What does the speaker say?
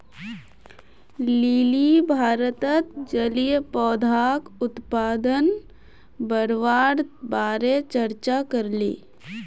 lily भारतत जलीय पौधाक उत्पादन बढ़वार बारे चर्चा करले